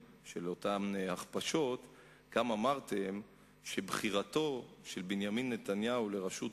הוא שבחירתו של בנימין נתניהו לראשות